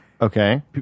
okay